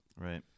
Right